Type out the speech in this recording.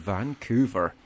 Vancouver